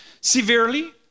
Severely